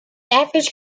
average